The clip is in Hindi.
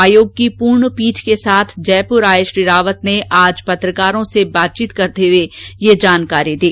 आयोग की पूर्ण पीठ के साथ जयपुर आये श्री रावत ने आज पत्रकारों से बातचीत करते हुए यह जानकारी दी